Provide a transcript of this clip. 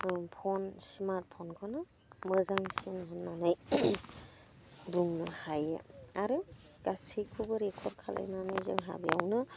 phone स्मार्टफ'नखौनो मोजांसिन होननानै बुंनो हायो आरो गासैखौबो रेक'र्ड खालामनानै जोंहा बेयावनो